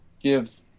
give